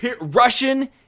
Russian